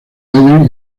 hallan